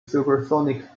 supersonic